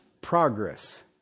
Progress